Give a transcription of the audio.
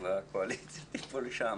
לפני שהקואליציה תיפול שם,